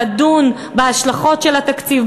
לדון בהשלכות של התקציב,